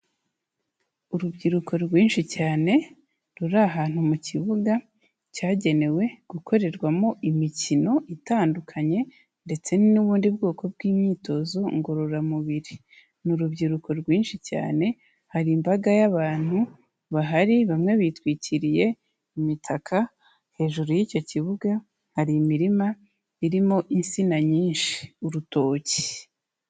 Urubyiruko rwinshi cyane, ruri ahantu mu kibuga cyagenewe gukorerwamo imikino itandukanye ndetse n'ubundi bwoko bw'imyitozo ngororamubiri, ni urubyiruko rwinshi cyane, hari imbaga y'abantu bahari bamwe bitwikiriye imitaka, hejuru y'icyo kibuga hari imirima irimo insina nyinshi, urutoki.